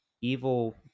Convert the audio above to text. evil